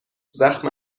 زخم